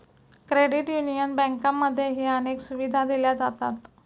credit union बँकांमध्येही अनेक सुविधा दिल्या जातात